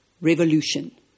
Revolution